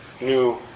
new